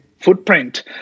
footprint